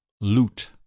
Loot